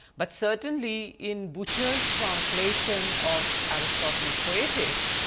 but certainly in butcher's translation of aristotle's poetics,